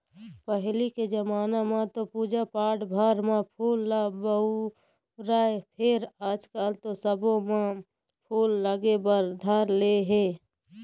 पहिली के जमाना म तो पूजा पाठ भर म फूल ल बउरय फेर आजकल तो सब्बो म फूल लागे भर धर ले हे